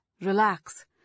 relax